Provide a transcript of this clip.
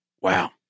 Wow